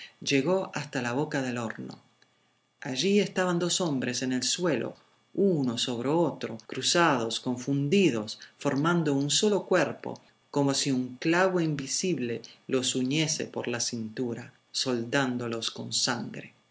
llegó hasta la boca del horno allí estaban dos hombres en el suelo uno sobre otro cruzados confundidos formando un solo cuerpo como si un clavo invisible los uniese por la cintura soldándolos con sangre